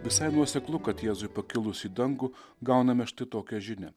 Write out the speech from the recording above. visai nuoseklu kad jėzui pakilus į dangų gauname štai tokią žinią